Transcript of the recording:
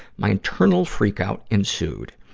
my internal freak out ensued.